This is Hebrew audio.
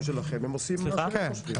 שלכם; הם עושים את מה שהם חושבים.